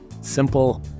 simple